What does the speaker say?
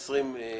ב-1.1.21.